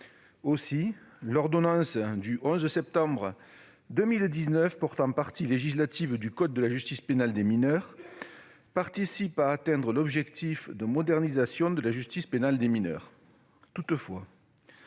Aussi, l'ordonnance du 11 septembre 2019 portant partie législative du code de la justice pénale des mineurs participe à atteindre l'objectif de modernisation de la justice pénale des mineurs. Toutefois,